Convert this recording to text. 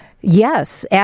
Yes